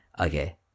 Okay